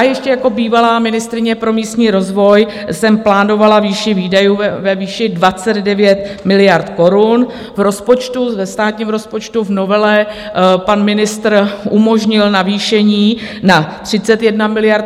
Ještě jako bývalá ministryně pro místní rozvoj jsem plánovala výši výdajů ve výši 29 miliard korun, v rozpočtu, ve státním rozpočtu, v novele pan ministr umožnil navýšení na 31 miliard.